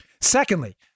secondly